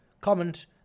comment